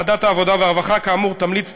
ועדת העבודה והרווחה כאמור תמליץ,